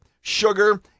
sugar